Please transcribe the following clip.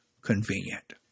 convenient